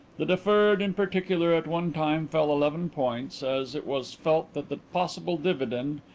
the deferred in particular at one time fell eleven points as it was felt that the possible dividend,